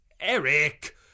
Eric